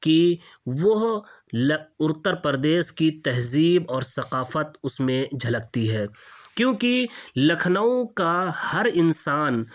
كہ وہ اتّر پردیش كی تہذیب اور ثقافت اس میں جھلكتی ہے كیونكہ لكھنؤ كا ہر انسان